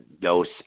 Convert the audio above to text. dose